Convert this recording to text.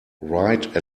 write